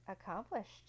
accomplished